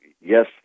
yes